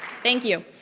thank you.